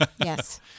yes